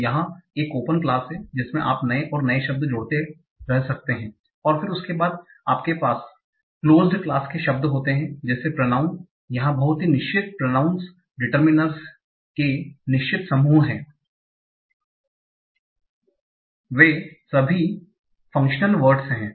तो यह एक ओपन क्लास है जिसमें आप नए और नए शब्द जोड़ते रह सकते हैं और फिर उसके बाद आपके पास क्लोज्ड क्लास के शब्द होते हैं जैसे प्रनाउँन यहा बहुत ही निश्चित प्रनाउँनस डिटर्मिनर के निश्चित समूह हैं वे सभी फांकश्नल वर्ड्स हैं